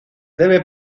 debe